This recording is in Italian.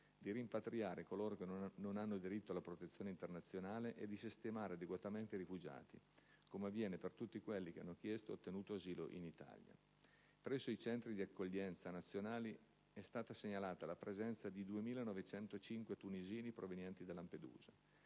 di rimpatriare coloro che non hanno diritto alla protezione internazionale e di sistemare adeguatamente i rifugiati, come avviene per tutti quelli che hanno chiesto e ottenuto asilo in Italia. Presso i centri di accoglienza nazionali è stata segnalata la presenza di 2.905 tunisini provenienti da Lampedusa.